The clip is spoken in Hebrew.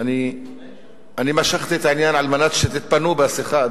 אני משכתי את העניין על מנת שתתפנו מהשיחה,